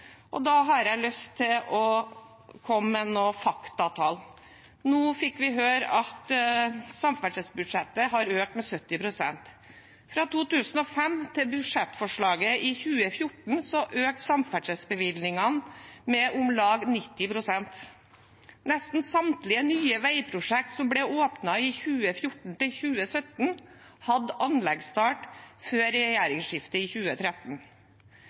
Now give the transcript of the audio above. rød-grønne. Da har jeg lyst til å komme med noen faktatall. Nå fikk vi høre at samferdselsbudsjettet har økt med 70 pst. Fra 2005 til budsjettforslaget i 2014 økte samferdselsbevilgningene med om lag 90 pst. Nesten samtlige nye veiprosjekt som ble åpnet i 2014–2017, hadde anleggsstart før regjeringsskiftet i 2013.